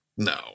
No